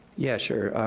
yeah, sure.